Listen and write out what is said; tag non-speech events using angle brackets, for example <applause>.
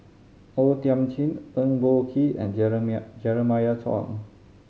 O Thiam Chin Eng Boh Kee and <unintelligible> Jeremiah Choy